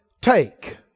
take